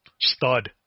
Stud